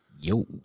yo